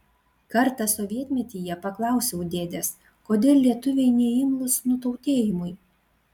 kartą sovietmetyje paklausiau dėdės kodėl lietuviai neimlūs nutautėjimui